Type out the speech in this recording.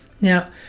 Now